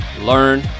learn